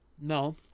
No